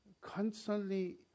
constantly